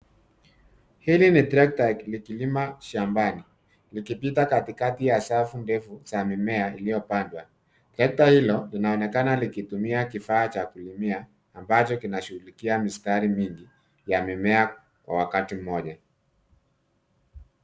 Hili ni trekta likilima shambani likipita katikati ya safu ndefu za mimea iliyopandwa. Trekta hilo linaonekana likitumia kifaa cha kulimia ambacho kinashughulikia mistari mingi ya mimea kwa wakati moja.